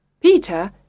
Peter